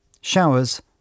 Showers